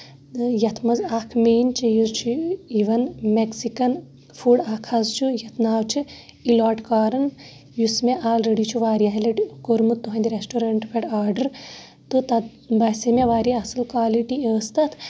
یَتھ منٛز اکھ مین چیٖز چھُ یِوان میکسِکن فوٚڑ اکھ حظ چھُ یَتھ ناو چھُ اِلاٹ کارٕنۍ یُس مےٚ الریڈی چھُ واریاہ لَٹہِ کوٚرمُت تُہنٛدِ ریسٹورنٹ پٮ۪ٹھ آرڈر تہٕ تَتھ باسیٚے مےٚ واریاہ اَصٕل کالٹی ٲس تَتھ